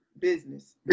business